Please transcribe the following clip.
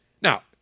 Now